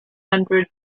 hundred